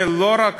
זה לא רק